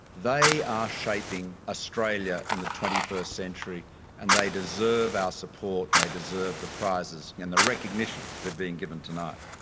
they are shaping australia in the twenty first century and they deserve our support and they deserve the prizes and the recognition they are being given tonight.